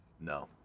No